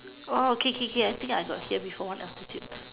okay okay okay I think I got hear before one of the tune